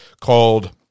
called